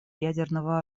ядерного